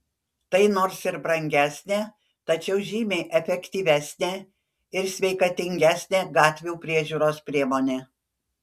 tai nors ir brangesnė tačiau žymiai efektyvesnė ir sveikatingesnė gatvių priežiūros priemonė